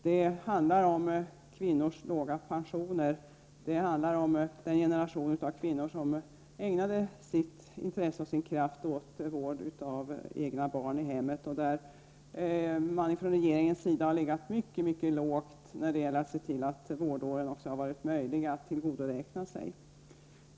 Det handlar om kvinnors låga pensioner, om den generation av kvinnor som har ägnat sitt intresse och sin kraft åt vård av egna barn i hemmet. Regeringen har legat mycket lågt när det gällt att se till att vårdåren också skulle vara möjliga att tillgodoräkna sig.